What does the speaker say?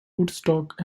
woodstock